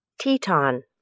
Teton